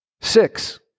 Six